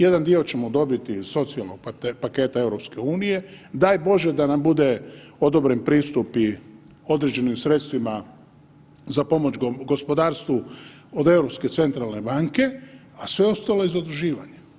Jedan dio ćemo dobiti iz socijalnog paketa EU, daj Bože da nam bude odobren pristup i određenim sredstvima za pomoć gospodarstvu od Europske centralne banke, a sve ostalo je zaduživanje.